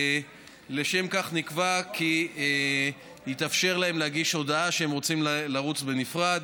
ולשם כך נקבע כי יתאפשר להן להגיש הודעה שהן רוצות לרוץ בנפרד.